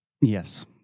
Yes